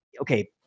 Okay